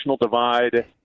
divide